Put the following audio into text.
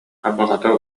абаҕата